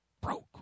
broke